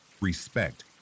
Respect